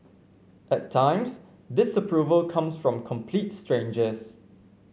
at times disapproval comes from complete strangers